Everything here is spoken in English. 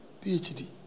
PhD